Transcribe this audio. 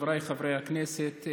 חבריי חברי הכנסת,